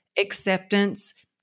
Acceptance